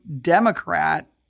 Democrat